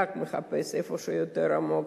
מחפשת לעומק,